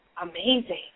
amazing